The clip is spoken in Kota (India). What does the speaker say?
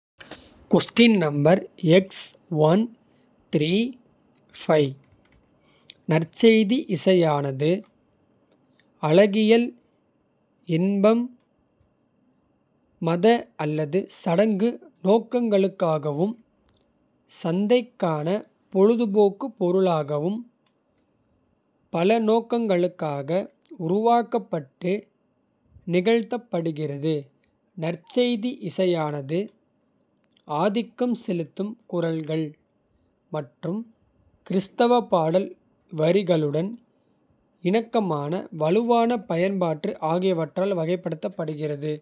நற்செய்தி இசையானது அழகியல் இன்பம். மத அல்லது சடங்கு நோக்கங்களுக்காகவும். சந்தைக்கான பொழுதுபோக்குப் பொருளாகவும் பல. நோக்கங்களுக்காக உருவாக்கப்பட்டு நிகழ்த்தப்படுகிறது. நற்செய்தி இசையானது ஆதிக்கம் செலுத்தும். மற்றும் கிறிஸ்தவ பாடல் வரிகளுடன் இணக்கமான. வலுவான பயன்பாடு ஆகியவற்றால் வகைப்படுத்தப்படுகிறது.